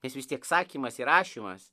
nes vis tiek sakymas ir rašymas